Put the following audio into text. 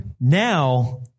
Now